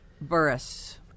Burris